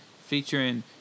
featuring